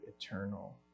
eternal